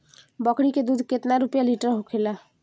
बकड़ी के दूध केतना रुपया लीटर होखेला?